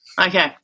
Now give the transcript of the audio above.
Okay